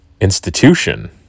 institution